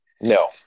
no